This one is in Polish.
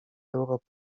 europy